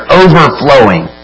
overflowing